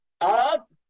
up